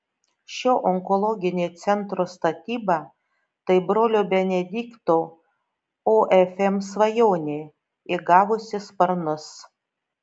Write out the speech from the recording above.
šio onkologinio centro statyba tai brolio benedikto ofm svajonė įgavusi sparnus